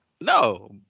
no